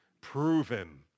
proven